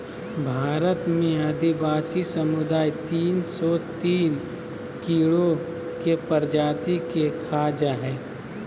भारत में आदिवासी समुदाय तिन सो तिन कीड़ों के प्रजाति के खा जा हइ